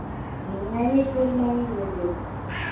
नहीं फूल नहीं लीजिएगा